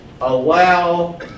allow